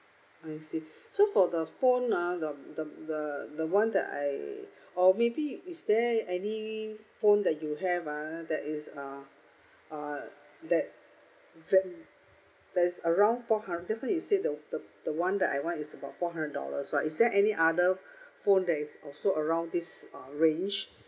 I see so for the phone uh the the the the one that I or maybe is there any phone that you have uh that is uh uh that ve~ that's around four hundred just now you said the the the one that I want is about four hundred dollar but is there any other phone that is also around this uh range